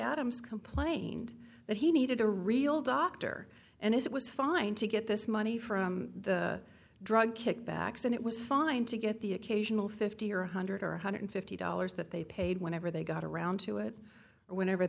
adams complained that he needed a real doctor and it was fine to get this money from the drug kickbacks and it was fine to get the occasional fifty or one hundred or one hundred fifty dollars that they paid whenever they got around to it whenever